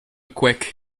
quick